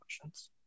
questions